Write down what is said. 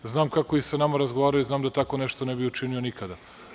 Znam kako je i sa nama razgovarao i znam da tako nešto ne bi učinio nikada.